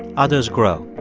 others grow.